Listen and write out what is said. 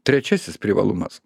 trečiasis privalumas